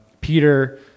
Peter